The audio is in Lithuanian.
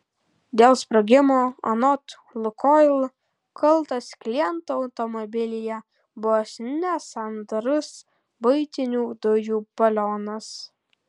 dėl sprogimo anot lukoil kaltas kliento automobilyje buvęs nesandarus buitinių dujų balionas